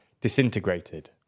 disintegrated